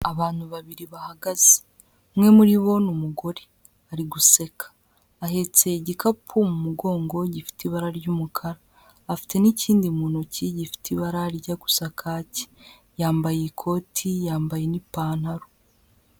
Abantu babiri bahagaze, umwe muri bo ni umugore, ari guseka, ahetse igikapu mu mugongo gifite ibara ry'umukara, afite n'ikindi mu ntoki gifite ibara rijya gusa kacyi, yambaye ikoti, yambaye n'ipantaro.